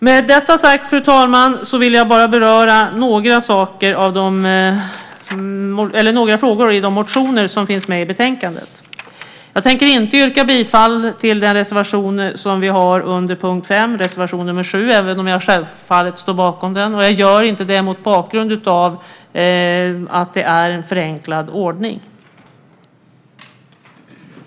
Med detta sagt, fru talman, vill jag bara beröra några frågor i de motioner som behandlas i betänkandet. Jag tänker inte yrka bifall till den reservation som vi har under punkt 5, reservation 7, även jag självfallet står bakom den. Jag gör inte det mot bakgrund av att det är förenklad ordning.